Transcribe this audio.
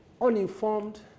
uninformed